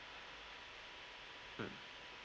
mm